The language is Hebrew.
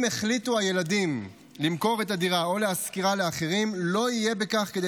אם החליטו הילדים למכור את הדירה או להשכירה לאחרים לא יהיה בכך כדי